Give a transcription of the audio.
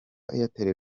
airtel